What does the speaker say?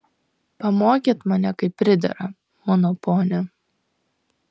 pamokėt mane kaip pridera mano ponia